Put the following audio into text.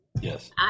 yes